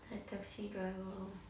like taxi driver orh